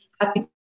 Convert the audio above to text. happy